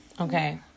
okay